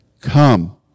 come